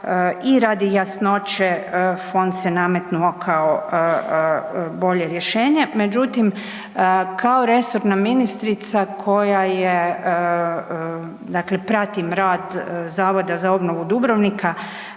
i radi jasnoće fond se nametnuo kao bolje rješenje. Međutim, kao resorna ministrica koja prati rad Zavoda za obnovu Dubrovnika